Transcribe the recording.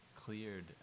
cleared